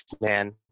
man